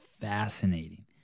fascinating